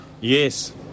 Yes